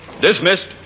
Dismissed